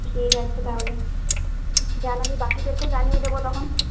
ঠিক আছে তাহলে জানালে বাকিদেরকেও জানিয়ে দেব তখন